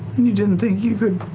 you didn't think you could